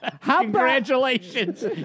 Congratulations